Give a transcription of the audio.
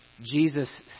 Jesus